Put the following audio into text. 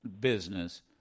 business